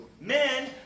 Men